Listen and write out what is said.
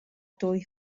dwy